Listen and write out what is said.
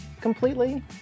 completely